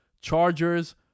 Chargers